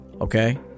okay